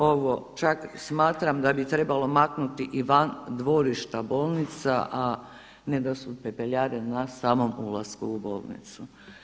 Ovo čak smatram da bi trebalo maknuti i van dvorišta bolnica a ne da su pepeljare na samom ulasku u bolnicu.